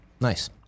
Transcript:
Nice